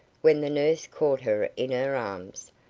when the nurse caught her in her arms,